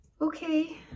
Okay